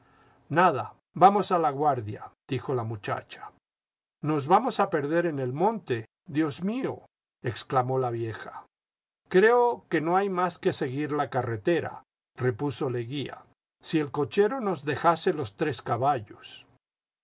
nada vamos a laguardia dijo la muchacha nos vamos a perder en el monte jdios mío exclamó la vieja creo que no hay más que seguir la carretera repuso leguía si el cochero nos dejase los tres caballos